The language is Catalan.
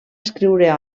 escriure